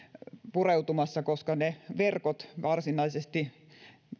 pureutumassa niin ovat ne verkot varsinaisesti